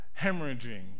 hemorrhaging